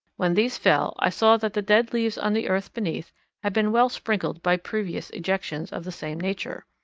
when these fell, i saw that the dead leaves on the earth beneath had been well sprinkled by previous ejections of the same nature.